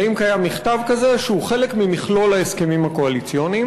האם קיים מכתב כזה שהוא חלק ממכלול ההסכמים הקואליציוניים?